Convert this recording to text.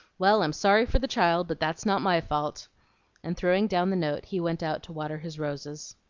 well, i'm sorry for the child, but that's not my fault and throwing down the note, he went out to water his roses.